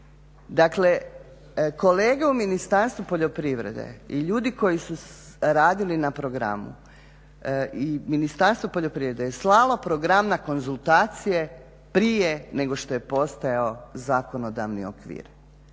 Dakle, kolege u Ministarstvu poljoprivrede i ljudi koji su radili na programu i Ministarstvo poljoprivrede je slalo program na konzultacije prije nego što je postojao zakonodavni okvir.